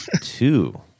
Two